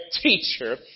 teacher